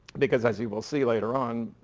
because as you will see later on,